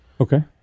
Okay